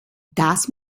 das